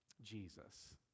Jesus